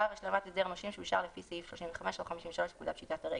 השלמת הסדר נושים שאושר לפי סעיפים 35 או 53 לפקודת פשיטת הרגל."